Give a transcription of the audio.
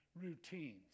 routines